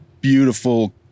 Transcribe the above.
beautiful